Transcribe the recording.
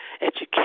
education